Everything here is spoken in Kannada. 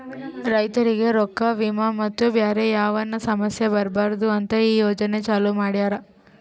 ರೈತುರಿಗ್ ರೊಕ್ಕಾ, ವಿಮಾ ಮತ್ತ ಬ್ಯಾರೆ ಯಾವದ್ನು ಸಮಸ್ಯ ಬರಬಾರದು ಅಂತ್ ಈ ಯೋಜನೆ ಚಾಲೂ ಮಾಡ್ಯಾರ್